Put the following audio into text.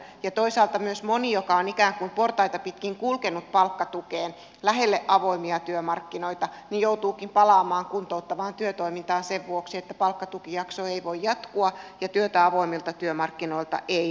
ja toisaalta myös moni joka on ikään kuin portaita pitkin kulkenut palkkatukeen lähelle avoimia työmarkkinoita joutuukin palaamaan kuntouttavaan työtoimintaan sen vuoksi että palkkatukijakso ei voi jatkua ja työtä avoimilta työmarkkinoilta ei löydy